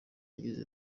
yagize